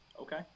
Okay